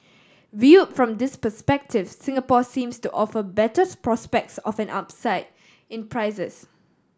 viewed from this perspective Singapore seems to offer betters prospects of an upside in prices